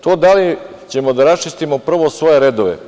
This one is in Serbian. To da li ćemo da raščistimo prvo svoje redove.